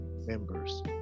members